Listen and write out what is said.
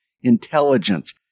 intelligence